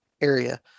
area